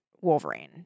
Wolverine